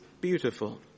beautiful